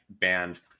band